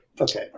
Okay